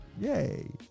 Yay